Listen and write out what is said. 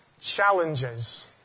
challenges